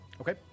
Okay